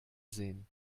sehen